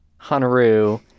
Hanaru